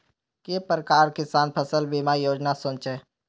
के प्रकार किसान फसल बीमा योजना सोचें?